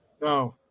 No